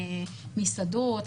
מסעדות,